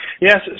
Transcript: Yes